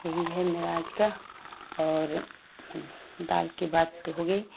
यही है मेरा आज का और दाल की बात तो हो गई